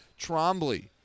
Trombley